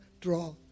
Draw